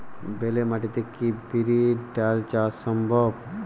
বেলে মাটিতে কি বিরির ডাল চাষ সম্ভব?